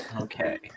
Okay